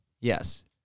Yes